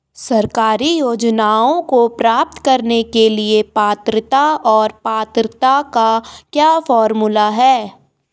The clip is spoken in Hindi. सरकारी योजनाओं को प्राप्त करने के लिए पात्रता और पात्रता का क्या फार्मूला है?